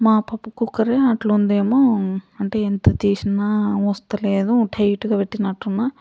మా పప్పు కుక్కరే అట్ల ఉందేమో అంటే ఎంత తీసినా వస్తలేదు టైట్గా పెట్టినట్టున్నా